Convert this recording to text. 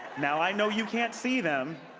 now i know you can't see them.